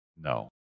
No